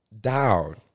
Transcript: down